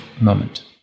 moment